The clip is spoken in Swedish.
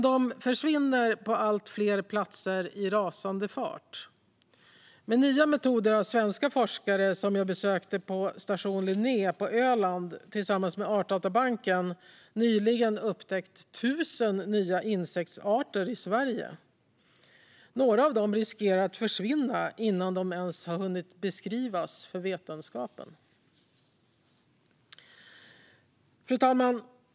De försvinner från allt fler platser i rasande fart. Med nya metoder har svenska forskare, som jag besökt på Station Linné på Öland, tillsammans med Artdatabanken nyligen upptäckt 1 000 nya insektsarter i Sverige. Några riskerar att försvinna innan de ens har beskrivits för vetenskapen. Fru talman!